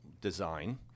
design